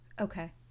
Okay